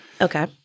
Okay